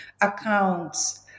accounts